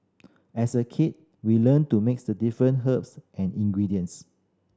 as a kid we learnt to mix the different herbs and ingredients